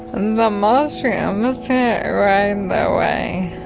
the mushrooms hit right away.